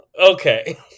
Okay